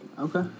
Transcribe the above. Okay